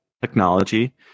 technology